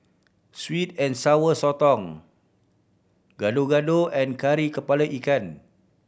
sweet and Sour Sotong Gado Gado and Kari Kepala Ikan